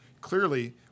clearly